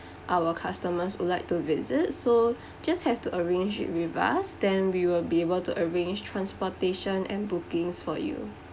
our customers would like to visit so just have to arrange it with us then we will be able to arrange transportation and bookings for you